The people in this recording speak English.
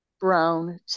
Brown